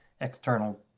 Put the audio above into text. external